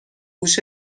هوش